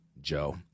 Joe